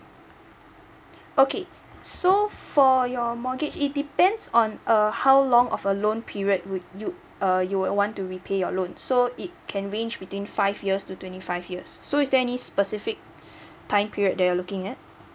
okay so for your mortgage it depends on uh how long of a loan period would you uh you will want to repay your loan so it can range between five years to twenty five years so is there any specific time period that you are looking at